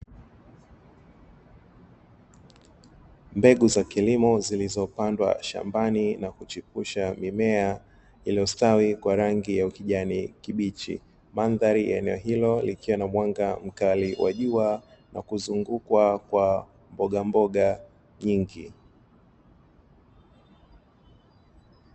Mbegu za kilimo zilizopandwa shambani na kuchipusha mimea, iliyostawi kwa rangi ya ukijani kibichi mandhari ya eneo hilo likiwa na mwanga mkali wa jua na kuzungukwa kwa mbogamboga nyingi.